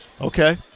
Okay